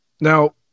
Now